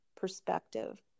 perspective